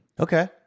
Okay